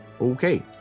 Okay